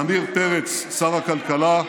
עמיר פרץ, שר הכלכלה.